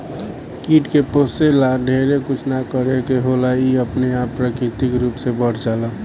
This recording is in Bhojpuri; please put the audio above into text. कीट के पोसे ला ढेरे कुछ ना करे के होला इ अपने आप प्राकृतिक रूप से बढ़ जाला